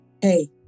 hey